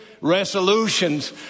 resolutions